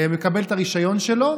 מקבל את הרישיון שלו.